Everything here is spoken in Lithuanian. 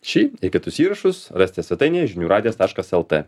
šį ir kitus įrašus rasite svetainėje žinių radijas taškas lt